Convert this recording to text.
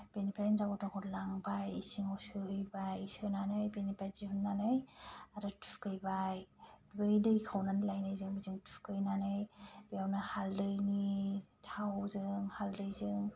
बेनिफ्राय हिनजाव गोदानखौ लांबाय इसिंआव सोहैबाय सोनानै बेनिफ्राय दिहुननानै आरो थुखैबाय बै दै खावनानै लायनायजों बेजों थुखैनानै बेयावनो हाल्दैनि थावजों हाल्दैजों